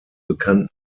bekannten